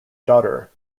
daughter